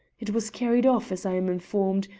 it was carried off, as i am informed,